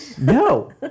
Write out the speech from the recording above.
No